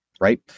right